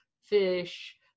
fish